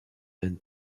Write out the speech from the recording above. and